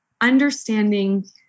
understanding